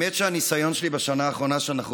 הניסיון שלי בשנה האחרונה הוא שאנחנו